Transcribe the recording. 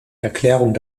erklärung